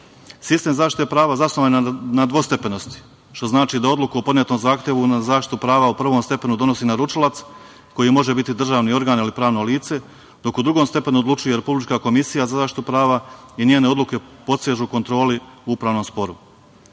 Sistem zaštite prava zasnovan je na dvostepenosti, što znači da odluku o podnetom zahtevu na zaštitu prava o prvom stepenu donosi naručilac, koji može biti državni organ ili pravno lice dok u drugom stepenu odlučuje Republička komisija za zaštitu prava i njene odluke podsežu kontroli u upravnom